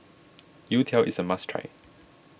Youtiao is a must try